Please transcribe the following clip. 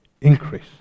increase